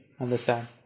Understand